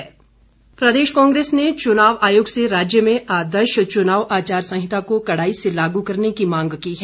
कांग्रेस प्रदेश कांग्रेस ने चुनाव आयोग से राज्य में आदर्श चुनाव आचार संहिता को कड़ाई से लागू करने की मांग की है